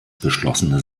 beschlossene